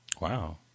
Wow